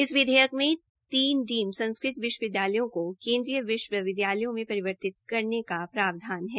इस विधेयक में तीन डीम्ड संस्कृत विश्वविदयालयों को केन्द्रीय विश्वविद्यालयों में परिवर्तित करने का भी प्रावधान है